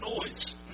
noise